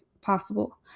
possible